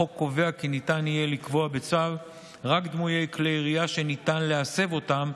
החוק קובע כי ניתן יהיה לקבוע בצו רק דמויי כלי ירייה שניתן להסב אותם,